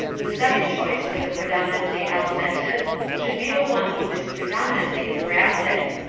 the second choice for the predominantly alimentive should be the one who is predominantly thoracic.